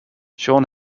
sean